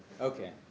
okay